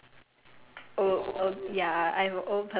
老人家：lao ren jia sorry I quite like